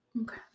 Okay